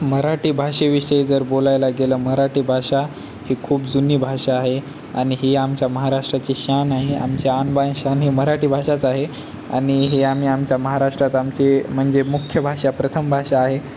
मराठी भाषेविषयी जर बोलायला गेलं मराठी भाषा ही खूप जुनी भाषा आहे आणि ही आमच्या महाराष्ट्राची शान आहे आमचे आन बान शान ही मराठी भाषाच आहे आणि हे आम्ही आमच्या महाराष्ट्रात आमची म्हणजे मुख्य भाषा प्रथम भाषा आहे